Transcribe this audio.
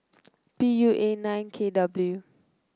P U A nine K W